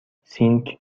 سینک